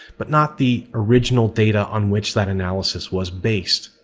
but not the original data on which that analysis was based.